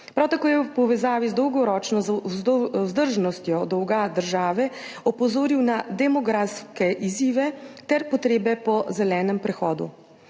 Prav tako je v povezavi z dolgoročno vzdržnostjo dolga države opozoril na demografske izzive ter potrebe po zelenem prehodu.